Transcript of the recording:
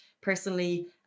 personally